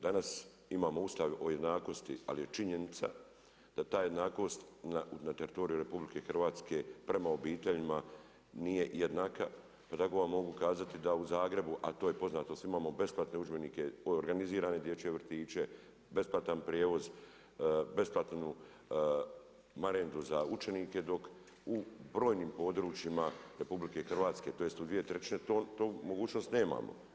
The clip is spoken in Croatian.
Danas imamo Ustav o jednakosti, ali je činjenica, da ta jednakost na teritoriju RH, prema obiteljima nije jednaka, pa tako vam mogu kazati da u Zagrebu, a to je poznato svima, imamo besplatne udžbenike, organizirane dječje vrtiće, besplatan prijevoz, besplatnu marendu za učenike, dok u brojnim područjima RH, to jest, u dvije trećine, tu mogućnost nemamo.